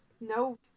no